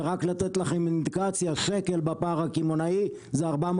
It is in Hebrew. ורק לתת לכם אינדיקציה שקל בפער הקמעונאי זה 400